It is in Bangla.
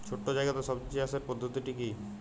ছোট্ট জায়গাতে সবজি চাষের পদ্ধতিটি কী?